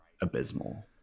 abysmal